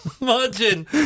Imagine